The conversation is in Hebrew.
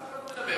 ואף אחד לא מדבר.